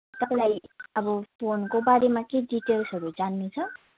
तपाईँलाई अब फोनको बारेमा केही डिटेल्सहरू जान्नु छ